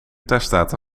testdata